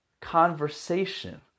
conversation